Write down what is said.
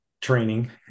training